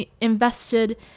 invested